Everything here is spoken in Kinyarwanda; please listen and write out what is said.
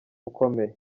ukomeye